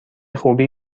خوبی